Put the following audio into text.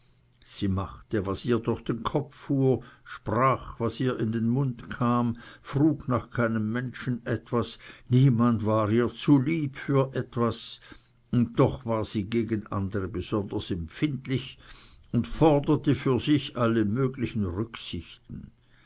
sie machte was ihr durch den kopf fuhr sprach was ihr in den mund kam frug nach keinem menschen etwas niemand war ihr zu lieb für etwas und doch war sie gegen andere besonders empfindlich und forderte für sich alle möglichen rücksichten